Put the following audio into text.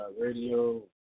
Radio